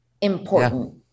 important